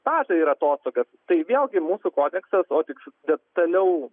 stažą ir atostogas tai vėlgi mūsų kodeksas o tik detaliau